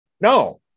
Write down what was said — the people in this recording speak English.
No